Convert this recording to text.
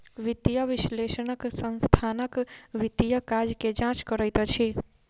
वित्तीय विश्लेषक संस्थानक वित्तीय काज के जांच करैत अछि